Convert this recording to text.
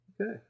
Okay